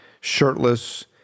shirtless